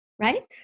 right